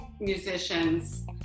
musicians